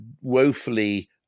woefully